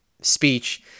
speech